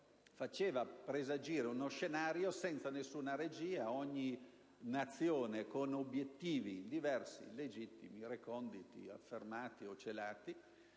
faceva presagire uno scenario senza alcuna regia. Ogni Nazione aveva obiettivi diversi, legittimi, reconditi, affermati o celati.